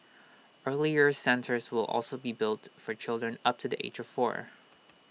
early years centres will also be built for children up to the age of four